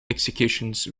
executions